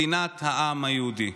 מדינת העם היהודי.